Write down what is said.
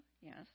Yes